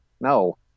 no